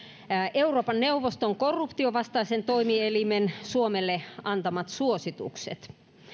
euroopan neuvoston korruption vastaisen toimielimen suomelle antamat suositukset